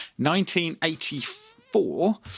1984